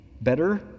better